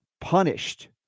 punished